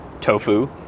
tofu